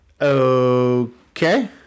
okay